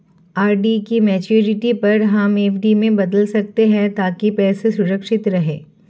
RD की maturity पर हम एफ.डी में बदल सकते है ताकि पैसे सुरक्षित रहें